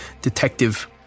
detective